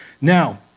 now